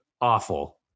awful